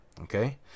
okay